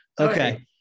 Okay